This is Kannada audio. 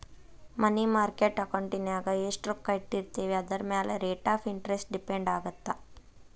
ಮನಿ ಮಾರ್ಕೆಟ್ ಅಕೌಂಟಿನ್ಯಾಗ ಎಷ್ಟ್ ರೊಕ್ಕ ಇಟ್ಟಿರ್ತೇವಿ ಅದರಮ್ಯಾಲೆ ರೇಟ್ ಆಫ್ ಇಂಟರೆಸ್ಟ್ ಡಿಪೆಂಡ್ ಆಗತ್ತ